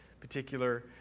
particular